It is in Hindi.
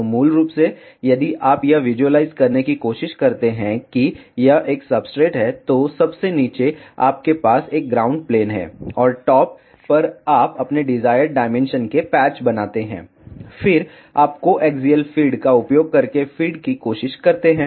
तो मूल रूप से यदि आप यह विजुअलाइज करने की कोशिश करते हैं कि यह एक सब्सट्रेट है तो सबसे नीचे आपके पास एक ग्राउंड प्लेन है और टॉप पर आप अपने डिजायर्ड डायमेंशन के पैच बनाते हैं फिर आप कोएक्सियल फ़ीड का उपयोग करके फीड की कोशिश करते हैं